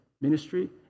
ministry